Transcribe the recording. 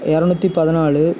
இரநூத்தி பதினாலு